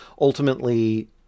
ultimately